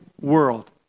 world